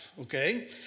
okay